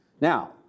now